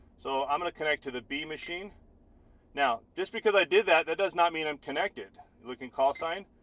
so i'm gonna connect to the b machine now just because i did that that does not mean i'm connected looking callsign.